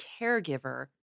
caregiver